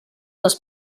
les